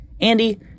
Andy